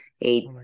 eight